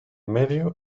medio